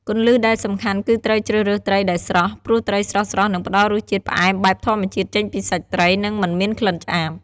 គន្លឹះដែលសំខាន់គឺត្រូវជ្រើសរើសត្រីដែលស្រស់ ព្រោះត្រីស្រស់ៗនឹងផ្តល់រសជាតិផ្អែមបែបធម្មជាតិចេញពីសាច់ត្រី និងមិនមានក្លិនឆ្អាប។